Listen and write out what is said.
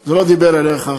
זה לא דיבר אליך,